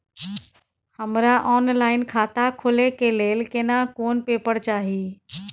हमरा ऑनलाइन खाता खोले के लेल केना कोन पेपर चाही?